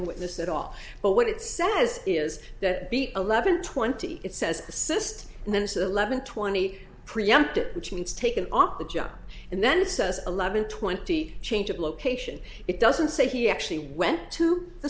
witness at all but what it says is that eleven twenty it says assist and then it's eleven twenty preemptive which means taken off the job and then says eleven twenty change of location it doesn't say he actually went to the